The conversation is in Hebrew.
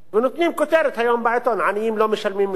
נותנים כותרת היום בעיתון: עניים לא משלמים מסים.